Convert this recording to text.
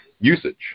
usage